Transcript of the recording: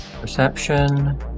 Perception